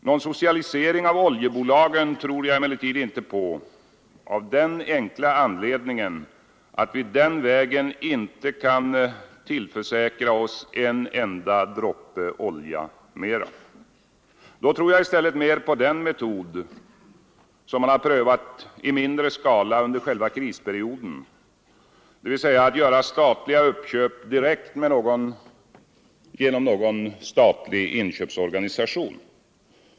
Någon socialisering av oljebolagen tror jag emellertid inte på, av den enkla anledningen att vi den vägen inte kan tillförsäkra oss en enda droppe olja. Då tror jag i stället mer på den metod som man prövat i mindre skala under själva krisperioden, nämligen att göra statliga uppköp direkt genom någon statlig inköpsorganisation.